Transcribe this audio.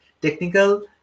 Technical